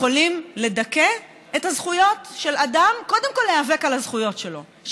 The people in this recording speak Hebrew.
יכולים לדכא את הזכות של אדם קודם כול להיאבק על הזכויות שלו,